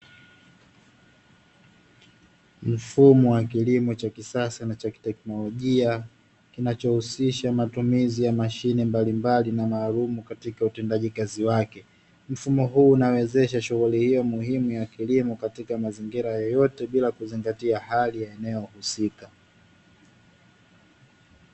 Mfumo wa kilimo cha kisasa na chakiteknolojia kinachohusisha matumizi ya mashine mbalimbali na maalumu katika utendaji kazi wake. Mfumo huu unawezesha shughuli hiyo muhimu ya kilimo katika mazingira yeyote bila kuzingatia hali ya eneo husika.